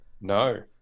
No